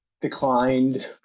declined